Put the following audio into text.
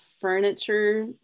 furniture